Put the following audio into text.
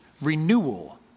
renewal